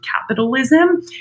capitalism